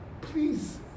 please